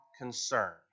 concern